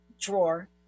drawer